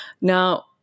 Now